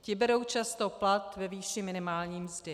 Ti berou často plat ve výši minimální mzdy.